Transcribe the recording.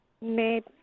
Net